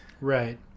Right